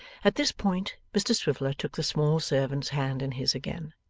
at this point, mr swiveller took the small servant's hand in his again,